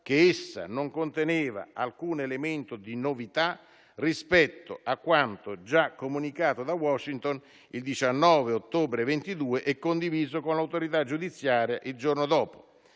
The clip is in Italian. che essa non conteneva alcun elemento di novità rispetto a quanto già comunicato da Washington il 19 ottobre 2022 e condiviso con l'autorità giudiziaria il giorno dopo.